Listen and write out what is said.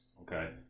Okay